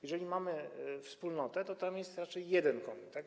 Jeżeli mamy wspólnotę, to tam jest raczej jeden komin, tak?